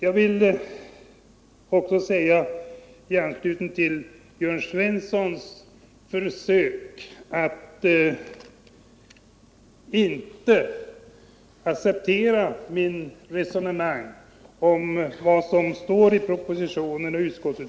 Jörn Svensson ville inte acceptera mitt resonemang om vad som står i propositionen och betänkandet.